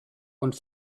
und